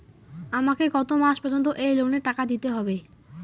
আমাকে কত মাস পর্যন্ত এই লোনের টাকা দিতে হবে?